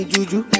Juju